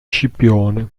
scipione